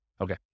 Okay